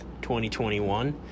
2021